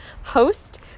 host